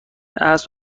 اسب